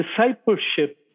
discipleship